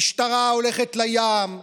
המשטרה הולכת לים,